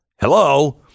Hello